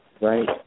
right